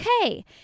Okay